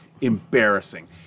Embarrassing